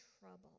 trouble